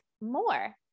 more